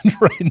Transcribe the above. right